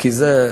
כי זה,